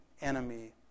enemy